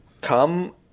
Come